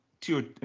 two